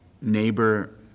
neighbor